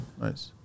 nice